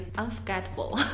unforgettable